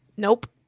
nope